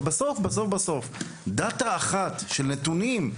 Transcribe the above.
אבל בסוף, Data אחת, נתונים,